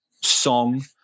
song